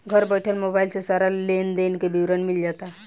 घर बइठल मोबाइल से सारा लेन देन के विवरण मिल जाता